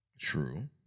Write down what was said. True